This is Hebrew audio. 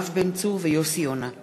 (תיקון, הגנה על בעלי חשבונות מוגבלים),